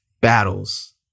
battles